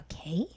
okay